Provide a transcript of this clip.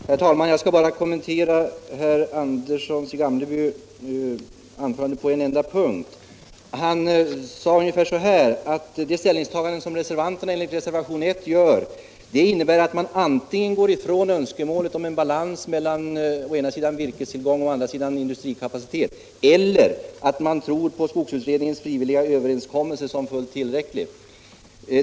Herr talman! Jag skall bara kommentera anförandet av herr Andersson i Gamleby på en enda punkt. Han sade att det ställningstagande som reservanterna gör i reservationen 1 innebär antingen att man går ifrån önskemålet om en balans mellan å ena sidan virkestillgång och å andra sidan industrikapacitet eller att man tror att skogsutredningens frivilliga överenskommelse är fullt tillräcklig.